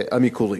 המקורי.